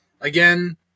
again